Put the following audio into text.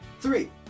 Three